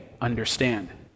understand